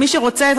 מי שרוצה,